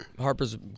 Harper's